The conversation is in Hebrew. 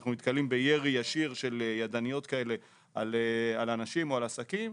אנחנו נתקלים בירי ישיר של ידניות כאלה על אנשים או על עסקים.